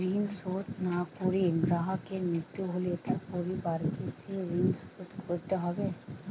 ঋণ শোধ না করে গ্রাহকের মৃত্যু হলে তার পরিবারকে সেই ঋণ শোধ করতে হবে?